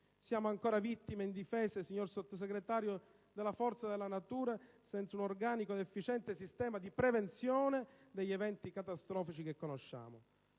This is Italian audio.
Siamo ancora vittime indifese, signor Sottosegretario, della forza della natura senza un organico ed efficiente sistema di prevenzione degli eventi catastrofici che conosciamo.